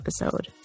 episode